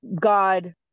god